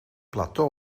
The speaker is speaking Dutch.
plateau